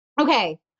Okay